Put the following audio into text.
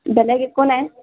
বেলেগ একো নাই